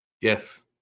Yes